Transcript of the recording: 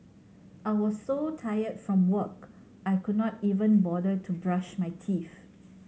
I was so tired from work I could not even bother to brush my teeth